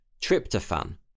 tryptophan